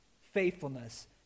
faithfulness